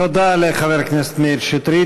תודה לחבר הכנסת מאיר שטרית.